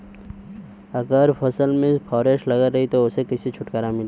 अगर फसल में फारेस्ट लगल रही त ओस कइसे छूटकारा मिली?